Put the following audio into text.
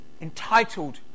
entitled